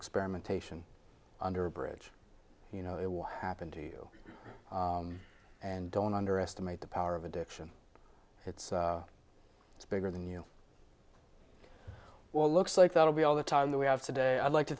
experimentation under a bridge you know it will happen to you and don't underestimate the power of addiction it's it's bigger than you well looks like that will be all the time that we have today i'd like to